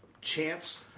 chance